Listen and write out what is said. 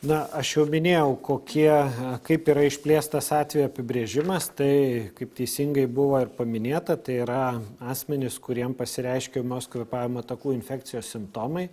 na aš jau minėjau kokie kaip yra išplėstas atvejo apibrėžimas tai kaip teisingai buvo ir paminėta tai yra asmenys kuriem pasireiškė ūmios kvėpavimo takų infekcijos simptomai